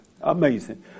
amazing